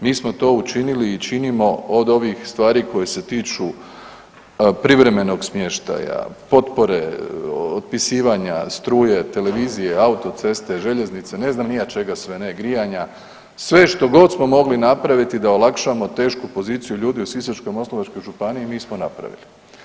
Mi smo to učinili i činimo od ovih stvari koje se tiču privremenog smještaja, potpore, otpisivanja struje, televizije, autoceste, željeznice, ne znam ni ja čega sve ne, grijanja, sve što god smo mogli napraviti da olakšamo tešku poziciju ljudi u Sisačko-moslavačkoj županiji, mi smo napravili.